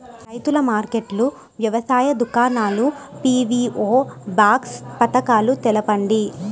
రైతుల మార్కెట్లు, వ్యవసాయ దుకాణాలు, పీ.వీ.ఓ బాక్స్ పథకాలు తెలుపండి?